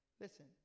Listen